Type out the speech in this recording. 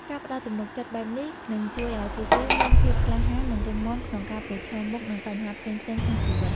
ការផ្តល់ទំនុកចិត្តបែបនេះ នឹងជួយឲ្យពួកគេមានភាពក្លាហាន និងរឹងមាំក្នុងការប្រឈមមុខនឹងបញ្ហាផ្សេងៗក្នុងជីវិត។